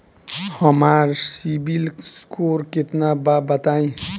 हमार सीबील स्कोर केतना बा बताईं?